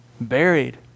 buried